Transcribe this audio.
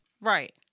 right